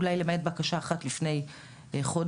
אולי למעט בקשה אחת לפני חודש.